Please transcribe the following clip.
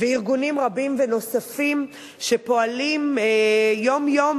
וארגונים רבים נוספים שפועלים יום-יום,